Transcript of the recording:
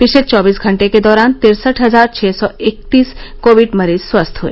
पिछले चौबीस घंटे के दौरान तिरसठ हजार छः सौ इकतीस कोविड मरीज स्वस्थ हुए